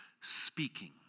speaking